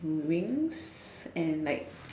wings and like